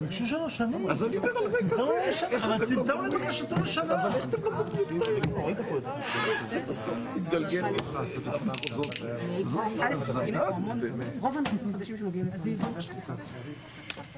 22:50.